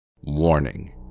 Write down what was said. Warning